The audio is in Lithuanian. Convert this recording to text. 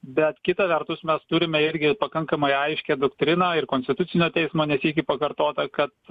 bet kita vertus mes turime irgi pakankamai aiškią doktriną ir konstitucinio teismo ne sykį pakartotą kad